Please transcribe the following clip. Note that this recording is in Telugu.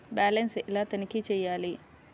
బ్యాలెన్స్ ఎలా తనిఖీ చేయాలి?